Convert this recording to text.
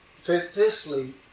firstly